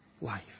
life